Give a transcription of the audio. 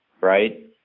right